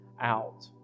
out